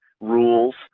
rules